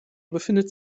befindet